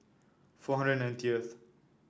four hundred and ninety th